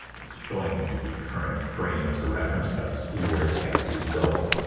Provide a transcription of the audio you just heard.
it's showing me the current frame as a reference so i can see where text is going.